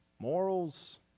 morals